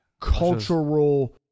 cultural